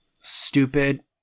stupid